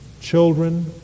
children